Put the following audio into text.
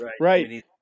right